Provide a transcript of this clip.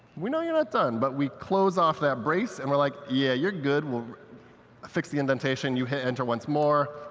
we know you're not done, but we close off that brace, and we're like, yeah, you're good. we'll fix the indentation. you hit enter once more.